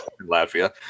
Latvia